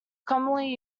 commonly